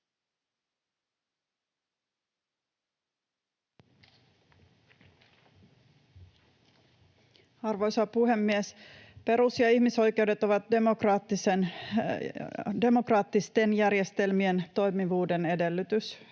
Arvoisa puhemies! Perus‑ ja ihmisoikeudet ovat demokraattisten järjestelmien toimivuuden edellytys.